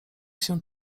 się